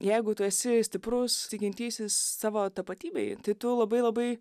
jeigu tu esi stiprus tikintysis savo tapatybėj tai tu labai labai